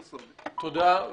תודה.